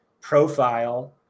profile